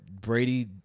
Brady